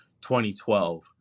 2012